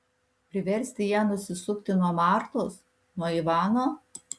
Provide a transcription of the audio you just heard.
priversti ją nusisukti nuo martos nuo ivano